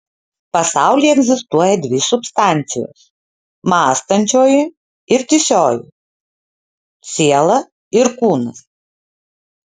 pasaulyje egzistuoja dvi substancijos mąstančioji ir tįsioji siela ir kūnas